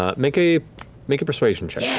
ah make a make a persuasion check.